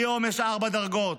היום יש ארבע דרגות: